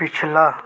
पिछला